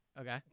Okay